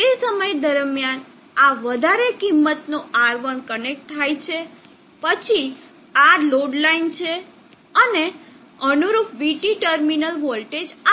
તે સમય દરમિયાન આ વધારે કિમંતનો R1 કનેક્ટ થાય છે પછી આ લોડ લાઇન છે અને અનુરૂપ vT ટર્મિનલ વોલ્ટેજ આ છે